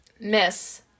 Miss